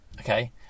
okay